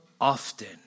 often